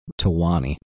Tawani